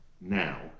now